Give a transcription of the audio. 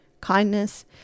kindness